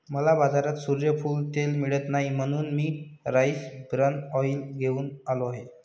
मला बाजारात सूर्यफूल तेल मिळत नाही म्हणून मी राईस ब्रॅन ऑइल घेऊन आलो आहे